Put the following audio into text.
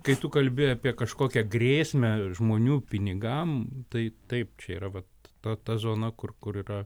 kai tu kalbi apie kažkokią grėsmę žmonių pinigam tai taip čia yra vat ta ta zona kur kur yra